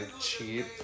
cheap